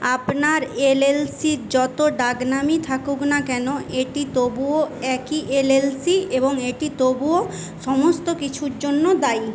আপনার L L সির যতো ডাকনামই থাকুক না কেন এটি তবুও একই এলএলসি এবং এটি তবুও সমস্ত কিছুর জন্য দায়ী